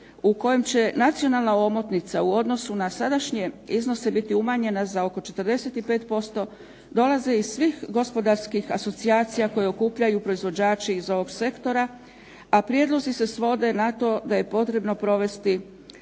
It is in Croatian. u kojem će nacionalna omotnica u odnosu na sadašnje iznose biti umanjena za oko 45% dolaze iz svih gospodarskih asocijacija koje okupljaju proizvođači iz ovog sektora, a prijedlozi se svode na to da je potrebno provesti